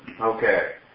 Okay